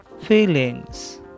feelings